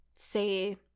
say